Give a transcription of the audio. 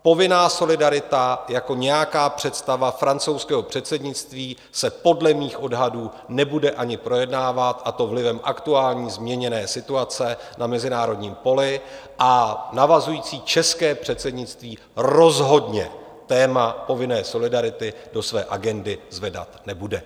Povinná solidarita jako nějaká představa francouzského předsednictví se podle mých odhadů nebude ani projednávat, a to vlivem aktuální změněné situace na mezinárodním poli, a navazující české předsednictví rozhodně téma povinné solidarity do své agendy zvedat nebude.